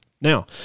Now